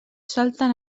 salten